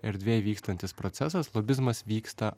erdvėj vykstantis procesas lobizmas vyksta